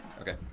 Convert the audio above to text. Okay